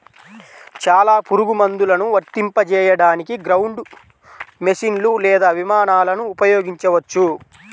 చాలా పురుగుమందులను వర్తింపజేయడానికి గ్రౌండ్ మెషీన్లు లేదా విమానాలను ఉపయోగించవచ్చు